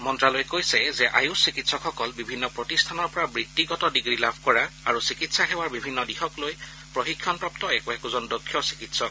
মন্ত্যালয়ে কৈছে যে আয়ূষ চিকিৎসকসকল বিভিন্ন প্ৰতিষ্ঠানৰ পৰা বৃত্তিগত ডিগ্ৰী লাভ কৰা আৰু চিকিৎসা সেৱাৰ বিভিন্ন দিশক লৈ প্ৰশিক্ষণপ্ৰাপ্ত একো একোজন দক্ষ চিকিৎসক